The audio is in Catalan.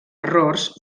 errors